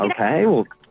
Okay